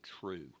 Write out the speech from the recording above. true